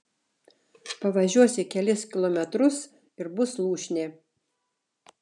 pavažiuosi kelis kilometrus ir bus lūšnė